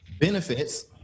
benefits